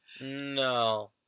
No